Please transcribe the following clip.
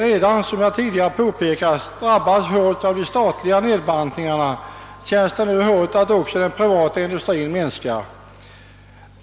Eftersom vi redan drabbats hårt av de statliga nedbantningarna känns det hårt att nu också de privata industrierna inskränker driften.